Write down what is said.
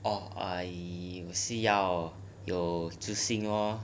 oh I 需要有自信 lor